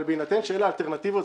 אבל בהינתן שאלה האלטרנטיבות,